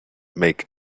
make